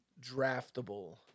draftable